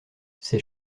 ses